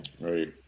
Right